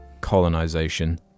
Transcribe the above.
Colonization